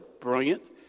brilliant